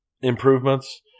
improvements